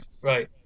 right